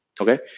okay